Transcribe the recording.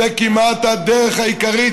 זאת כמעט הדרך העיקרית,